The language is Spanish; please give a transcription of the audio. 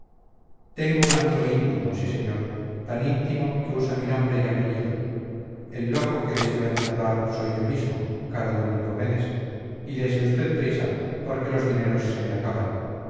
tengo un amigo íntimo sí señor tan íntimo que usa mi nombre y apellido el loco que deseo encerrar soy yo mismo caro d nicomedes y dese usted prisa porque los dineros se me acaban